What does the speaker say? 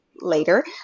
later